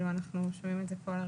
לראשונה אנחנו שומעים את זה כאן.